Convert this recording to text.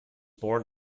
born